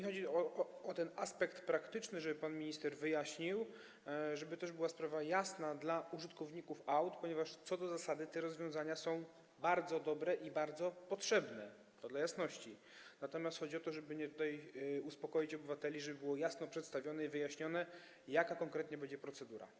Chodzi mi o ten aspekt praktyczny, żeby pan minister wyjaśnił, żeby sprawa była jasna też dla użytkowników aut, ponieważ co do zasady te rozwiązania są bardzo dobre i bardzo potrzebne - to dla jasności - natomiast chodzi o to, żeby uspokoić obywateli, żeby było jasno przedstawione i wyjaśnione, jaka konkretnie będzie procedura.